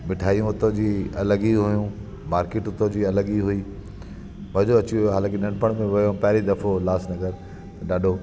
मिठाइयूं हुतो जी अलॻि ही हुयूं मार्किट हुतां जी अलॻ ही हुई मज़ो अची वियो हालाकी नंढपण में वियमि पहिरियों दफ़ो उल्हासनगर ॾाढो